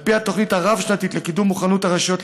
על פי התוכנית הרב-שנתית לקידום מוכנות הרשויות